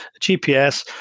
gps